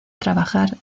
trabajar